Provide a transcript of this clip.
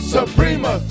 Suprema